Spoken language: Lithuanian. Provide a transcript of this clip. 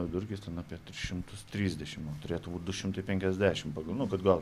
vidurkis ten apie tris šimtus trisdešimt turėtų būt du šimtai penkiasdešimt pagal nu kad gaut